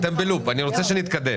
אני רוצה שנתקדם.